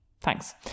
Thanks